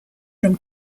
from